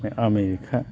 America